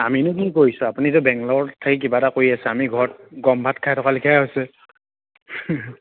আমিনো কি কৰিছোঁ আপুনি যে বেংগালুৰুত থাকি কিবা এটা কৰি আছে আমি ঘৰত গৰম ভাত খাই থকা লিখিয়া হৈছে